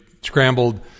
scrambled